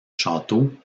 château